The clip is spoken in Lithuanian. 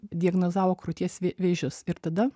diagnozavo krūties vė vėžius ir tada